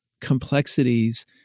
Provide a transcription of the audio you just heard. complexities